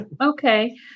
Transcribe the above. Okay